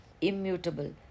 immutable